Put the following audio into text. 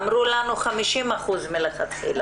אמרו לנו בהתחלה 50% בהסכמה.